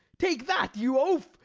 take that, you oaf,